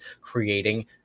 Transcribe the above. creating